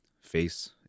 face